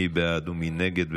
מי בעד ומי נגד?